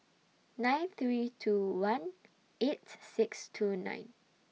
nine three two one eight six two nine